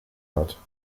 hat